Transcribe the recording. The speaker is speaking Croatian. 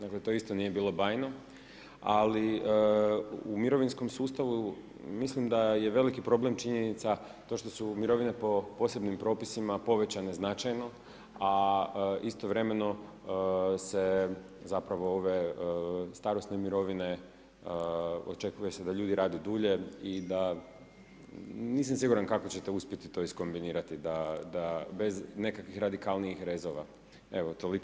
Dakle, to isto nije bilo bajno, ali u mirovinskom sustavu, mislim da je veliki problem činjenica to što su mirovine po posebnim propisima povećane značajno, a istovremeno se zapravo ove starosne mirovine, očekuje se da ljudi rade dulje, nisam siguran kako ćete to uspjeti skombinirati, da bez nekakvih radikalnijih točka.